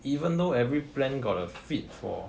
even though every plan got a fit for